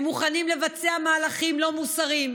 הם מוכנים לבצע מהלכים לא מוסריים,